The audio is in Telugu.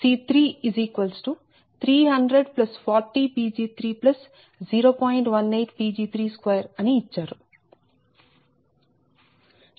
18 Pg32 అని ఇచ్చారు